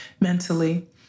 mentally